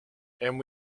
and